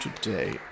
today